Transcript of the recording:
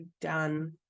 done